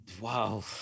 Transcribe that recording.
Wow